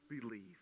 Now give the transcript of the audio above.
believe